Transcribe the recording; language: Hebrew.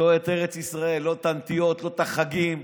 לא הנטיעות, לא החגים.